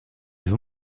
vous